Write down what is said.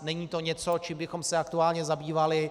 Není to něco, čím bychom se aktuálně zabývali.